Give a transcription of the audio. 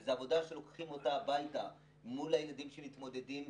וזו עבודה שלוקחים אותה הביתה מול הילדים שמתמודדים.